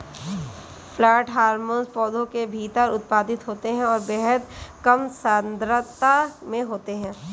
plant hormone पौधों के भीतर उत्पादित होते हैंऔर बेहद कम सांद्रता में होते हैं